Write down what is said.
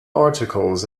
articles